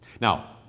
Now